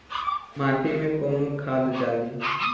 माटी में कोउन खाद डाली?